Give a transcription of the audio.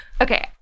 Okay